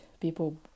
people